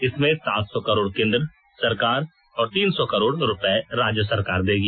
इसमें सात सौ करोड़ केंद्र सरकार और तीन सौ करोड़ रुपए राज्य सरकार देगी